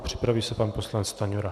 Připraví se pan poslanec Stanjura.